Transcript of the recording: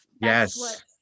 Yes